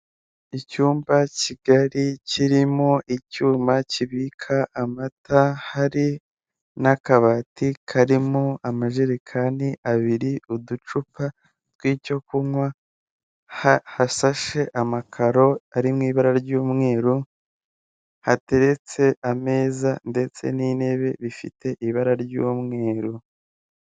Icyumba kigari kirimo icyuma kibika amata hari n'akabati karimo amajerekani abiri uducupa tw'icyokunywa hasashe amakaro ari mu ibara ry'umweru, hateretse ameza ndetse n'intebe bifite ibara ry'umweru.